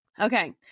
Okay